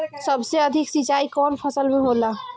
सबसे अधिक सिंचाई कवन फसल में होला?